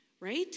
right